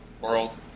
world